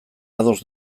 ados